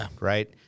right